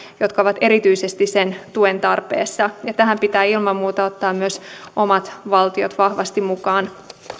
jotka ovat erityisesti sen tuen tarpeessa ja tähän pitää ilman muuta ottaa myös omat valtiot vahvasti mukaan